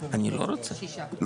6 נמנעים,